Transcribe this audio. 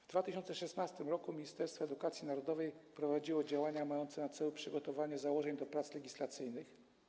W 2016 r. Ministerstwo Edukacji Narodowej prowadziło działania mające na celu przygotowanie założeń do prac legislacyjnych.